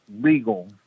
legal